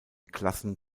klassen